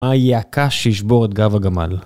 מה יהיה הקש שישבור את גב הגמל.